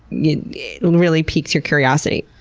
you know really piques your curiosity?